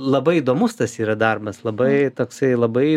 labai įdomus tas yra darbas labai toksai labai